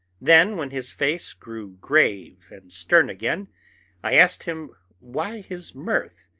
then when his face grew grave and stern again i asked him why his mirth,